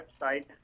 website